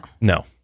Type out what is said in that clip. No